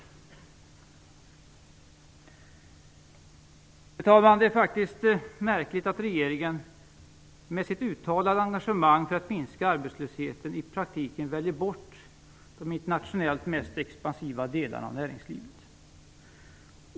Fru talman, det är faktiskt märkligt att regeringen, med sitt uttalande engagemang för att minska arbetslösheten, i praktiken väljer bort de internationellt mest expansiva delarna av näringslivet.